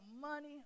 money